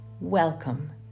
welcome